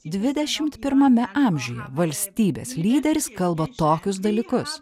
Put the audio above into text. dvidešimt pirmame amžiuje valstybės lyderis kalba tokius dalykus